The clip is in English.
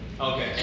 Okay